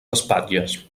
espatlles